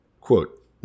quote